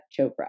Chopra